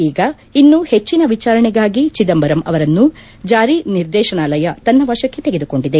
ಈಗ ಇನ್ನೂ ಹೆಚ್ಚಿನ ವಿಚಾರಣೆಗಾಗಿ ಚಿದಂಬರಂ ಅವರನ್ನು ಜಾರಿ ನಿರ್ದೇಶನಾಲಯ ತನ್ನ ವಶಕ್ಕೆ ತೆಗೆದುಕೊಂಡಿದೆ